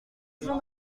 jean